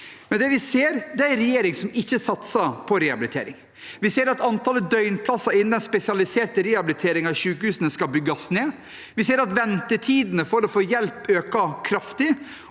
men det vi ser, er en regjering som ikke satser på rehabilitering. Vi ser at antallet døgnplasser innen den spesialiserte rehabiliteringen i sykehusene skal bygges ned, vi ser at ventetidene for å få hjelp øker kraftig,